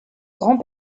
grand